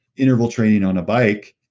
interval training on a bike.